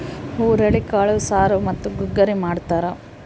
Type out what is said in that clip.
ಹುರುಳಿಕಾಳು ಸಾರು ಮತ್ತು ಗುಗ್ಗರಿ ಮಾಡ್ತಾರ